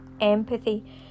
empathy